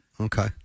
Okay